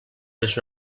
les